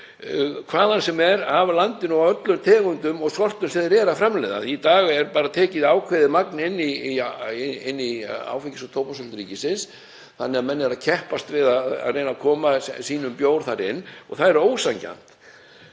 hvaðan sem er af landinu og af öllum tegundum og sortum sem þeir framleiða. Í dag er bara tekið inn ákveðið magn í Áfengis- og tóbaksverslun ríkisins þannig að menn eru að keppast við að reyna að koma sínum bjór þar inn og það er ósanngjarnt.